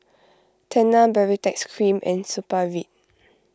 Tena Baritex Cream and Supravit